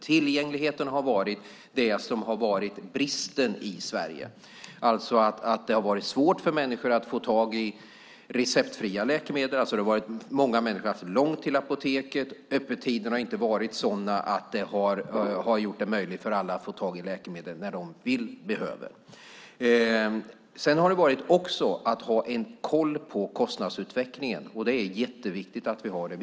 Tillgängligheten är det som har varit bristen i Sverige. Det har varit svårt för människor att få tag i receptfria läkemedel. Många människor har haft långt till apoteket. Öppettiderna har inte varit sådana att det har varit möjligt för alla att få tag i läkemedel när de vill och behöver. Ett annat motiv har varit att ha koll på kostnadsutvecklingen. Det är jätteviktigt att vi har det.